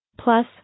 Plus